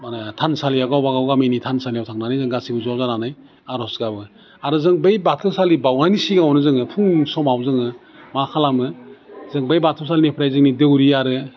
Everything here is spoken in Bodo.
मा होनो थानसालियाव गावबागाव गामिनि थानसालियाव थांनानै जों गासैबो ज' जानानै आर'ज गाबो आरो जों बै बाथौसालि बाउनायनि सिगाङावनो जोङो फुं समाव जोङो मा खालामो जों बै बाथौ सालिनिफ्राय जोंनि दौरि आरो